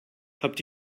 habt